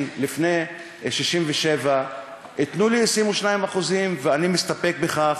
לפני 1967. תנו לי 22% ואני מסתפק בכך,